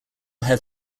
had